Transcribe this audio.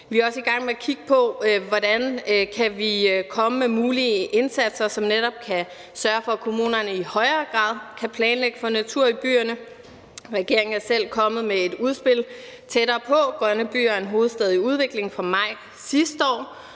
Vi er også i gang med at kigge på, hvordan vi kan komme med mulige indsatser, som netop kan sørge for, at kommunerne i højere grad kan planlægge for natur i byerne. Regeringen er selv kommet med et udspil, nemlig »Tættere på – Grønne byer og en hovedstad i udvikling« fra maj sidste år,